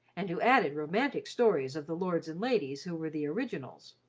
and who added romantic stories of the lords and ladies who were the originals.